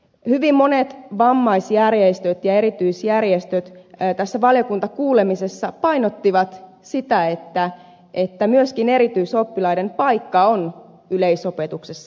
hyvin monet vammaisjärjestöt ja erityisjärjestöt tässä valiokuntakuulemisessa painottivat sitä että myöskin erityisoppilaiden paikka on yleisopetuksessa